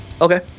Okay